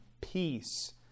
peace